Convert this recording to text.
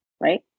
right